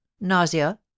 Nausea